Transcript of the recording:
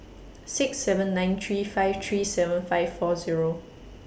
six seven nine three five three seven five four Zero